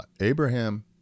Abraham